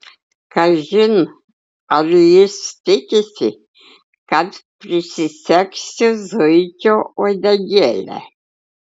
kažin ar jis tikisi kad prisisegsiu zuikio uodegėlę